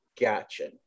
Gotcha